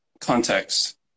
context